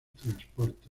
transporte